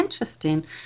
Interesting